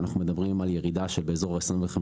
אנחנו מדברים על ירידה של באזור ה-25